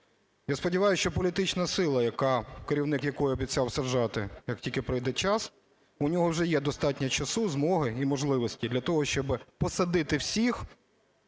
Я сподіваюся, що політична сила, яка… керівник якої обіцяв саджати як тільки прийде час, у нього вже є достатньо часу, змоги і можливостей для того, щоби посадити всіх,